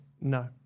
No